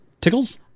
Tickles